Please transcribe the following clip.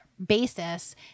basis